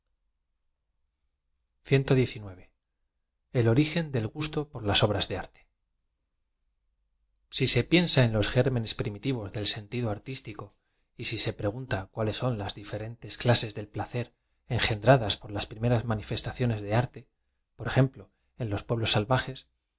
origen del gusto p o r las obras de arte si ae piensa en los gérmenee primitivos d el sentido artístico j si se pregunta cuáles son las diferentes c la ses de placer engendradas por las primeras manifestaciodca de arte por ejemplo en los pueblos salvajes